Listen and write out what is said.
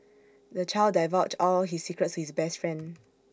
the child divulged all his secrets to his best friend